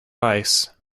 ice